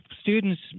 students